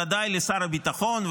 בוודאי לשר הביטחון,